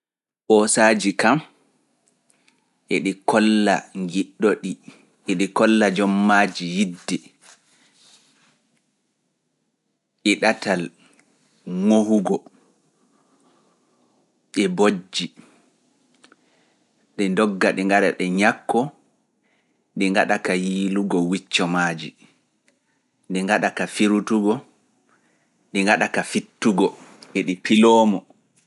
Bosaaji kam eɗi kolla ngiɗɗo ɗi, eɗi kolla jommaaji yidde, dow ɗatal ŋohugo, e bojji, ɗi ndogga ɗi ngaɗa ka ñakkaago, ɗi ngaɗa ka yiilugo wiccomaaji, ɗi ngaɗa ka firutugo, ɗi ngaɗa ka fittugo, eɗi piloo mo.